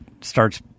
starts